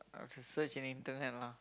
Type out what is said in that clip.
I can search in internet lah